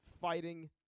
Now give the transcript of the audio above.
fighting